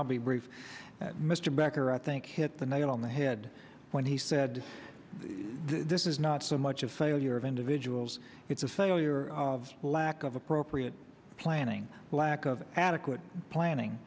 i'll be brief mr becker i think hit the nail on the head when he said this is not so much a failure of individuals it's a failure of lack of appropriate planning lack of adequate planning